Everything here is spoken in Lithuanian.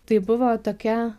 tai buvo tokia